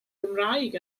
gymraeg